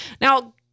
now